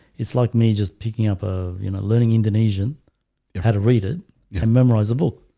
it's like me just picking up a you know learning indonesian you've had a reader yeah memorize a book.